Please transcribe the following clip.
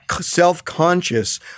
self-conscious